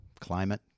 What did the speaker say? climate